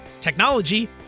technology